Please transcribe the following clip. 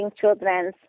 children